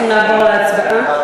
אנחנו נעבור להצבעה.